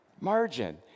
Margin